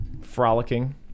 frolicking